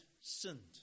sinned